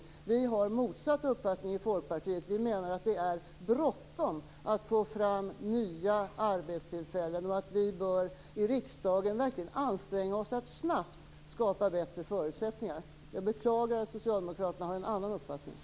Vi i Folkpartiet har motsatt uppfattning och menar att det är bråttom att få fram nya arbetstillfällen och att vi i riksdagen verkligen bör anstränga oss för att snabbt skapa bättre förutsättningar. Jag beklagar att Socialdemokraterna har en annan uppfattning.